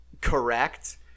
correct